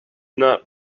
not